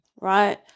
right